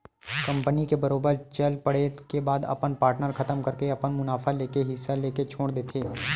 company के बरोबर चल पड़े के बाद अपन पार्टनर खतम करके अपन मुनाफा लेके हिस्सा लेके छोड़ देथे